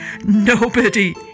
Nobody